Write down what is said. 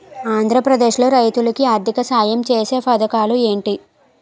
ఆంధ్రప్రదేశ్ లో రైతులు కి ఆర్థిక సాయం ఛేసే పథకాలు ఏంటి?